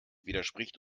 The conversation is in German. widerspricht